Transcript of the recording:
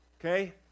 Okay